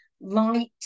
light